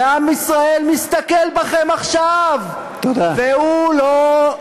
ועם ישראל מסתכל בכם עכשיו והוא לא,